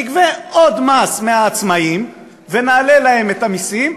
נגבה עוד מס מהעצמאים ונעלה להם את המסים,